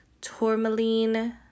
tourmaline